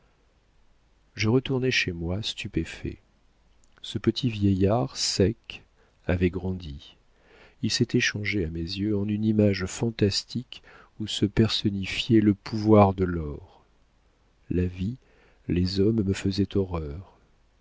je retournai chez moi stupéfait ce petit vieillard sec avait grandi il s'était changé à mes yeux en une image fantastique où se personnifiait le pouvoir de l'or la vie les hommes me faisaient horreur